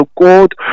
god